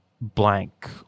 blank